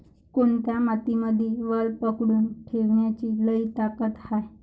कोनत्या मातीमंदी वल पकडून ठेवण्याची लई ताकद हाये?